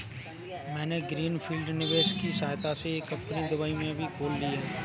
मैंने greenfield निवेश की सहायता से एक कंपनी दुबई में भी खोल ली है